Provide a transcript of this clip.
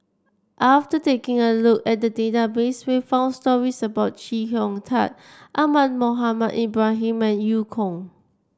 after taking a look at the database we found stories about Chee Hong Tat Ahmad Mohamed Ibrahim and Eu Kong